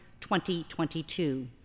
2022